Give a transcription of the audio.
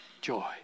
joy